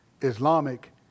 Islamic